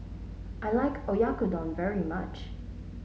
I like Oyakodon very much